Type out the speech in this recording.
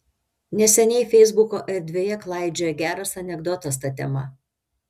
neseniai feisbuko erdvėje klaidžiojo geras anekdotas ta tema